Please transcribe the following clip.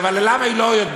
אבל למה היא לא יודעת,